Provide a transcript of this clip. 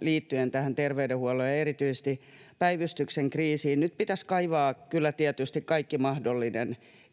liittyen tähän terveydenhuollon ja erityisesti päivystyksen kriisiin. Nyt pitäisi kaivaa kyllä tietysti kaikki